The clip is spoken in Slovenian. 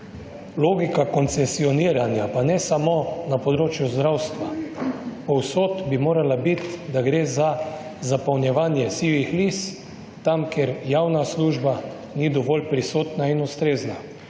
Logika koncesioniranja, pa ne samo na področju zdravstva, povsod bi morala biti, da gre za zapolnjevanje sivih lis tam, kjer javna služba ni dovolj prisotna in ustrezna.